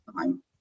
time